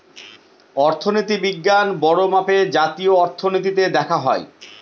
অর্থনীতি বিজ্ঞান বড়ো মাপে জাতীয় অর্থনীতিতে দেখা হয়